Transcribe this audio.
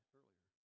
earlier